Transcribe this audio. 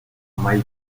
mike